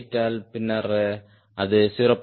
8 ஆல் பின்னர் அது 0